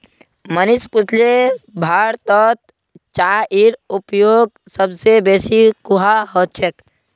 मनीष पुछले भारतत चाईर उपभोग सब स बेसी कुहां ह छेक